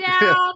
down